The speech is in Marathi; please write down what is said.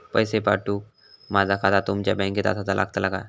पैसे पाठुक माझा खाता तुमच्या बँकेत आसाचा लागताला काय?